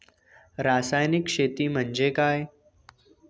रासायनिक शेती म्हणजे काय?